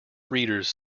readers